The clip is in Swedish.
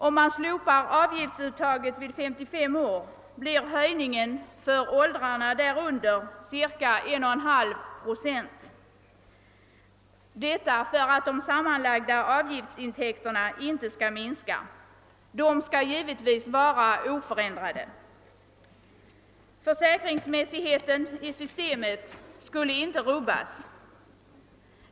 Om avgiftsuttaget slopas vid 55 år blir höjningen för åldrarna därunder ca 1,5 procent, detta för att de sammanlagda avgiftsintäkterna inte skall minska; de skall givetvis vara oförändrade. Försäkringsmässigheten i systemet skulle inte rubbas.